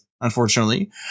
unfortunately